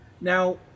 Now